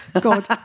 god